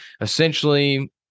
essentially